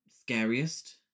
scariest